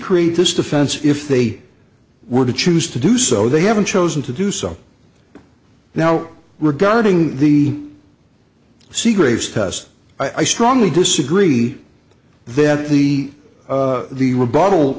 create this defense if they were to choose to do so they haven't chosen to do so now regarding the seagraves test i strongly disagree that the the rebutt